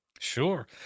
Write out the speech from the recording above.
Sure